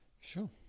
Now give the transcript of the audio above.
Sure